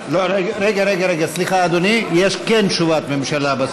רגע, רגע, רגע, סליחה, אדוני, יש תשובת ממשלה.